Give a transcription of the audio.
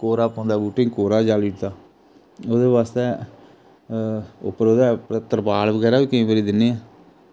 कोरा पौंदा बूहटें गी कोरा जाली ओड़दा ओह्दे बास्तै उप्पर ओह्दे तारपाल बगैरा केईं बारी दिन्ने आं